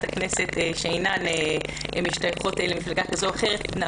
הכנסת שאינן משתייכות למפלגה כזו או אחרת.